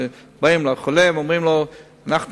שבאים לחולה ואומרים לו: זאת וזאת הבעיה,